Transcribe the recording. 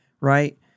right